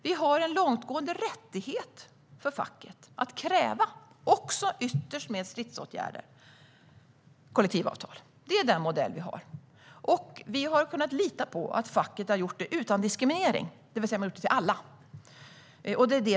Vi har en modell som ger facket en långtgående rättighet att kräva kollektivavtal, också ytterst med stridsåtgärder, och vi har kunnat lita på att facket har gjort det utan diskriminering, det vill säga för alla.